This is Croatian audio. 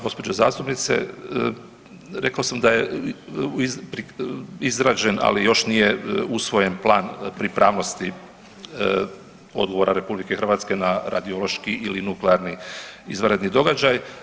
Poštovana gđo. zastupnice, rekao sam da je izrađen, ali još nije usvojen plan pripravnosti odgovora RH na radiološki ili nuklearni izvanredni događaj.